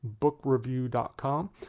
bookreview.com